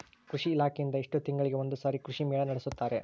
ಕೃಷಿ ಇಲಾಖೆಯಿಂದ ಎಷ್ಟು ತಿಂಗಳಿಗೆ ಒಂದುಸಾರಿ ಕೃಷಿ ಮೇಳ ನಡೆಸುತ್ತಾರೆ?